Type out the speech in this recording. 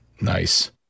Nice